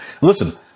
Listen